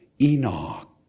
Enoch